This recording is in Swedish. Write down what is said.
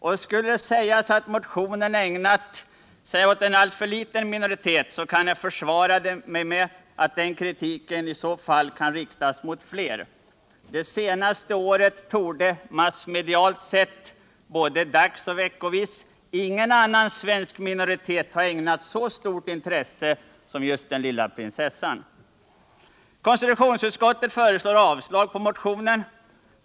Och skulle det sägas att min motion ägnas en för liten minoritet, kan jag väl försvara det också med att den kritiken i så fall kan riktas mot flera. Det senaste året torde, massmedialt sett, både dagsoch veckovis, ingen annan svensk minoritet ha ägnats så stort intresse som just den lilla prinsessan. Konstitutionsutskottet föreslår avslag på motionen.